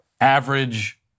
average